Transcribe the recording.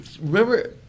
remember